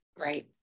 Right